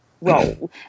role